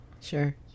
Sure